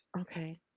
okay